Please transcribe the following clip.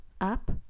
Up